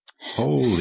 Holy